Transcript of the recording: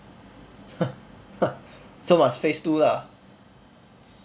so must phase two lah